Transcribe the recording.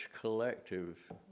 collective